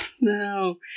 no